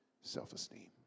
self-esteem